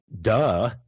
duh